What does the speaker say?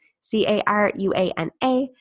C-A-R-U-A-N-A